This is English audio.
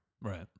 Right